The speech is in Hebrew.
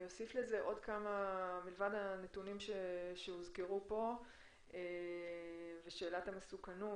אני רק אוסיף כמה נתונים מלבד אלה שהוזכרו פה ולגבי שאלת המסוכנות.